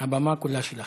הבמה כולה שלך.